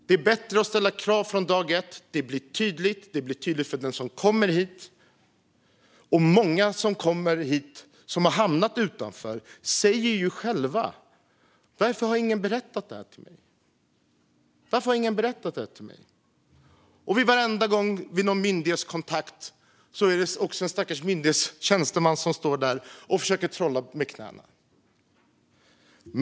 Det är bättre att ställa krav från dag ett. Det blir tydligt för dem som kommer hit. Många som kommit hit och hamnat utanför säger själva: Varför har ingen berättat det här för mig? Dessutom är det vid varenda myndighetskontakt någon stackars myndighetstjänsteman som står där och försöker trolla med knäna.